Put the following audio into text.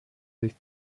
sich